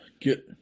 get